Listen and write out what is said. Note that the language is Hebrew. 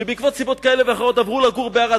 ושבעקבות סיבות כאלה ואחרות עברו לגור בערד.